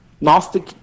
gnostic